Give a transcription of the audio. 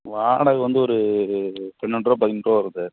வாடகை வந்து ஒரு பன்னெண்டு ரூவா பதிமூன்று ரூபா வரும் சார்